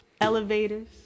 elevators